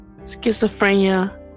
Schizophrenia